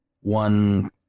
one